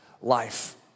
life